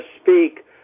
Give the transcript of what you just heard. speak